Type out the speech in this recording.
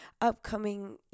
upcoming